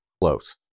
close